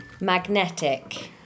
Magnetic